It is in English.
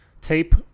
Tape